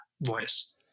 voice